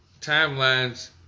timelines